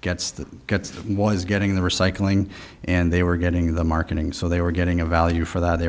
gets that gets them was getting the recycling and they were getting the marketing so they were getting a value for that they